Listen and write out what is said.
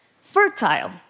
fertile